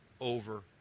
over